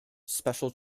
special